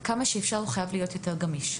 וככזה הוא חייב להיות כמה שיותר גמיש.